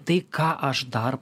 tai ką aš dar